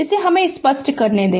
इसे हमे स्पष्ट करने दे